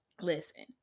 listen